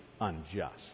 unjust